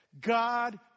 God